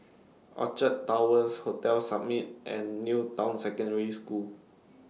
Orchard Towers Hotel Summit and New Town Secondary School